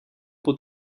bod